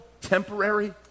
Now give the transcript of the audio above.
temporary